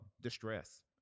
distress